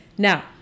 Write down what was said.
Now